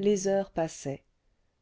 les heures passaient